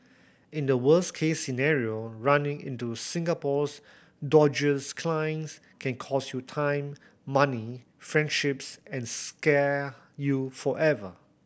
in the worst case scenario running into Singapore's dodgiest clients can cost you time money friendships and scar you forever